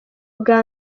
bwa